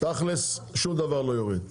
תכלס שום דבר לא יורד.